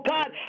God